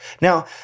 Now